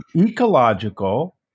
ecological